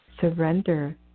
Surrender